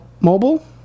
mobile